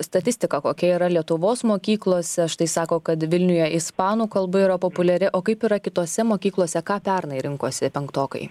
statistika kokia yra lietuvos mokyklose štai sako kad vilniuje ispanų kalba yra populiari o kaip yra kitose mokyklose ką pernai rinkosi penktokai